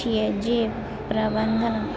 छियै जे प्रबंधन